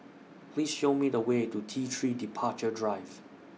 Please Show Me The Way to T three Departure Drive